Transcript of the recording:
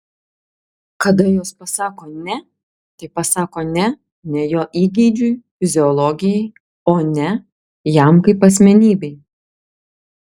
kada jos pasako ne tai pasako ne ne jo įgeidžiui fiziologijai o ne jam kaip asmenybei